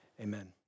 amen